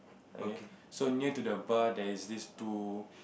okay so near to the bar there's this two